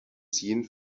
seen